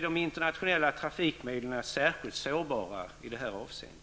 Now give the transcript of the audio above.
De internationella trafikmedlen är som väl känt särskilt sårbara i detta avseende.